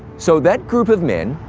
so that group of men,